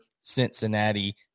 Cincinnati